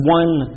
one